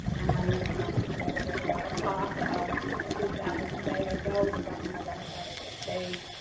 and you know there was a lot of talk about if that would stay or go, the governor recommended it stayed,